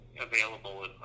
available